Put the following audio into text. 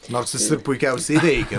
nors jis ir puikiausiai veikia